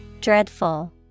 Dreadful